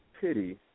pity